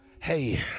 Hey